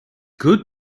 good